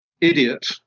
idiot